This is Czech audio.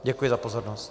Děkuji za pozornost.